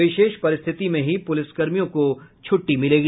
विशेष परिस्थिति में ही पुलिसकर्मियों को छुट्टी मिलेगी